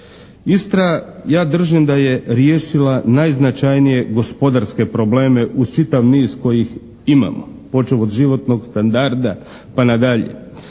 Istra, ja držim da je riješila najznačajnije gospodarske probleme uz čitav niz kojih imamo, počev od životnog standarda pa na dalje.